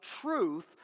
truth